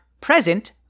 present